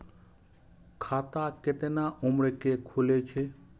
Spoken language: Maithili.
खाता केतना उम्र के खुले छै?